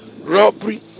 robbery